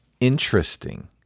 interesting